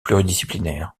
pluridisciplinaire